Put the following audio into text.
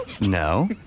No